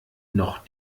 noch